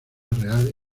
real